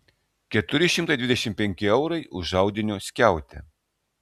keturi šimtai dvidešimt penki eurai už audinio skiautę